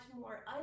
more